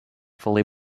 fully